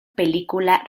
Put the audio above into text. película